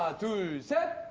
to said